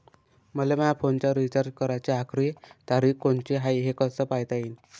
मले माया फोनचा रिचार्ज कराची आखरी तारीख कोनची हाय, हे कस पायता येईन?